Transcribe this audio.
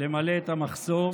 למלא את המחסור.